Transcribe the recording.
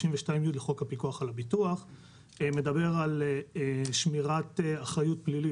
סעיף 92(י) לחוק הפיקוח על הביטוח מדבר על שמירת אחריות פלילית.